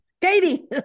Katie